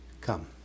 Come